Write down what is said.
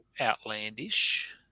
outlandish